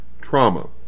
trauma